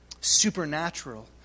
supernatural